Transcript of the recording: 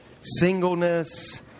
singleness